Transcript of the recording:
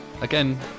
again